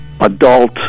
adult